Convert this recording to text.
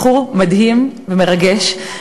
בחור מדהים ומרגש.